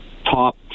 Top